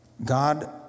God